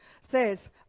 says